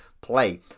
play